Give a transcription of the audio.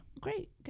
Great